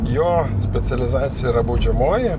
jo specializacija yra baudžiamoji